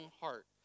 heart